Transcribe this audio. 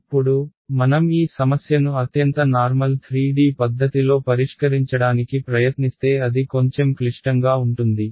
ఇప్పుడు మనం ఈ సమస్యను అత్యంత నార్మల్ 3D పద్ధతిలో పరిష్కరించడానికి ప్రయత్నిస్తే అది కొంచెం క్లిష్టంగా ఉంటుంది